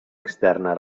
externa